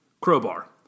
Crowbar